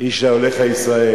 "איש לאהליך ישראל".